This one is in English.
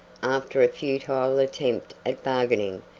after a futile attempt at bargaining,